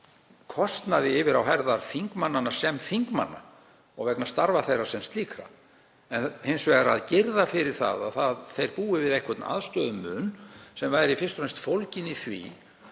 velta kostnaði yfir á herðar þingmannanna sem þingmanna og vegna starfa þeirra sem slíkra heldur hins vegar að girða fyrir að þeir búi við aðstöðumun sem væri fyrst og fremst fólgin í því